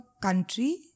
country